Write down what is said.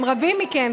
עם רבים מכם,